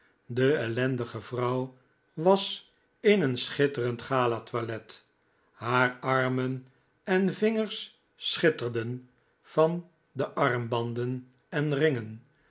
de ellendige vrouw was in een schitterend gala toilet haar armen en vingers schitterden van de armbanden en ringen